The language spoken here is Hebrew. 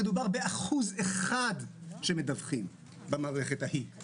מדובר באחוז אחד שמדווחים במערכת ההיא,